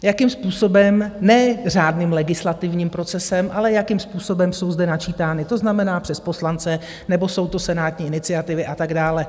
Jakým způsobem, ne řádným legislativním procesem, ale jakým způsobem jsou zde načítány, to znamená, přes poslance nebo jsou to senátní iniciativy a tak dále.